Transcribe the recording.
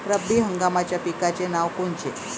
रब्बी हंगामाच्या पिकाचे नावं कोनचे?